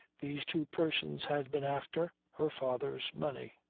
these two persons had been after her father's money.